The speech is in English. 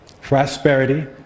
prosperity